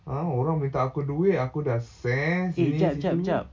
ah orang minta aku duit aku dah se~ sini situ